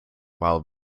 while